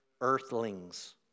earthlings